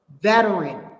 veteran